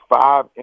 five